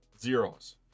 zeros